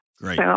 Great